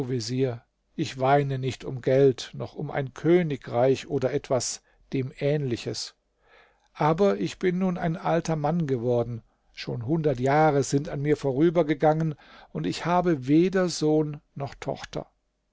vezier ich weine nicht um geld noch um ein königreich oder etwas dem ähnliches aber ich bin nun ein alter mann geworden schon hundert jahre sind an mir vorübergegangen und ich habe weder sohn noch tochter